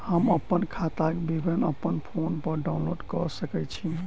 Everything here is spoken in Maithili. हम अप्पन खाताक विवरण अप्पन फोन पर डाउनलोड कऽ सकैत छी?